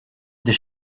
des